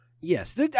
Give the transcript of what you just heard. Yes